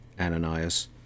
Ananias